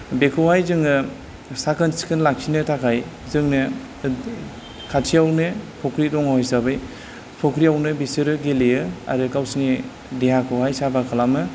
बेखौहाय जोङो साखोन सिखोन लाखिनो थाखाय जोंनो खाथियावनो फुख्रि दङ हिसाबै फुख्रियावनो बिसोरो गेलेयो आरो गावसोरनि देहाखौहाय साफा खालामो